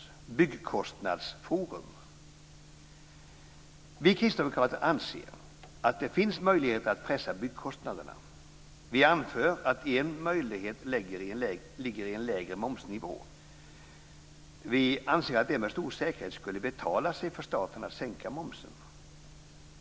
Vi kristdemokrater anser att det finns möjligheter att pressa byggkostnaderna. Vi anför att en möjlighet ligger i en lägre momsnivå. Vi anser att det med stor säkerhet skulle betala sig för staten att sänka momsen.